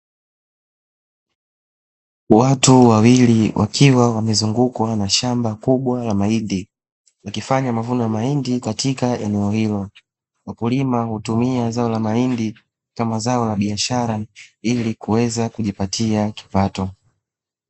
Watu wawili wakiwa wamezungukwa na shamba kubwa la mahindi, wakifanya mavuno ya mahindi katika eneo hilo. Wakulima hutumia zao la mahindi kama zao la biashara, ili kuweza kujipatia kipato.